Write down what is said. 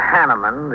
Hanneman